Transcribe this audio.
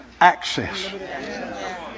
access